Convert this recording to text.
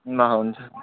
ल हुन्छ